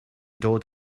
dod